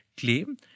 claim